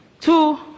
Two